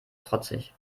trotzig